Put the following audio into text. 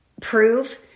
prove